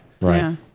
Right